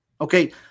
Okay